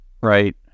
Right